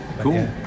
Cool